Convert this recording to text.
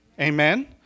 Amen